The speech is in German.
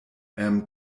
ähm